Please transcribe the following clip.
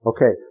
Okay